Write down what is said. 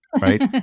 right